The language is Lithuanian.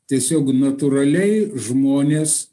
tiesiog natūraliai žmonės